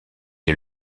est